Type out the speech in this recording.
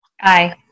Aye